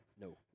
no